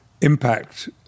impact